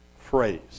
phrase